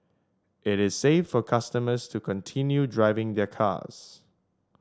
it is safe for customers to continue driving their cars